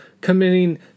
committing